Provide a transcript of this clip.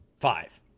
five